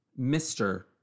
Mr